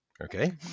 Okay